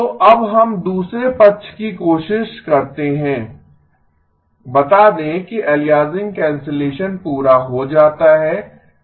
तो अब हम दूसरे पक्ष की कोशिश करते हैं बता दें कि अलियासिंग कैंसलेशन पूरा हो जाता है